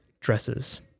Dresses